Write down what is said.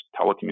telecommunications